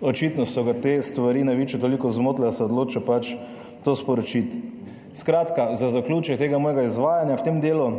očitno so ga te stvari na Viču toliko zmotile, da se je odločil to sporočiti. Skratka, za zaključek tega mojega izvajanja v tem delu